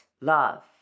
love